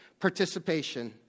participation